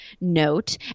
note